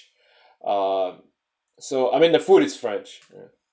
um so I meant the food is french